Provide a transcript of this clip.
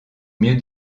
mieux